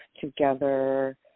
together